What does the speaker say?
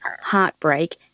heartbreak